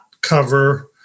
cover